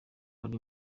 ari